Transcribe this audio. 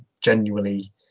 genuinely